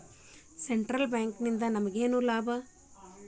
Central ಬ್ಯಾಂಕಿಂದ ನಮಗೇನ್ ಲಾಭಾಗ್ತದ?